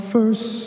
first